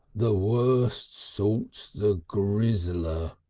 the wust sort's the grizzler,